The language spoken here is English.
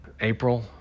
April